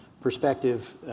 perspective